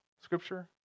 Scripture